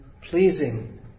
pleasing